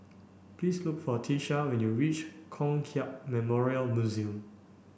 please look for Tiesha when you reach Kong Hiap Memorial Museum